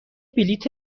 بلیط